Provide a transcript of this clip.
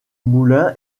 moulin